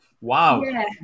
Wow